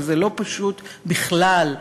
וזה לא פשוט בכלל,